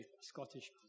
Scottish